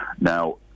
now